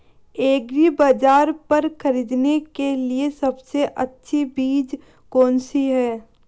एग्रीबाज़ार पर खरीदने के लिए सबसे अच्छी चीज़ कौनसी है?